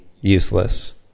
useless